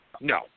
No